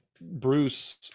Bruce